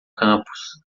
campus